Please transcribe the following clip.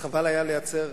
אז חבל היה לייצר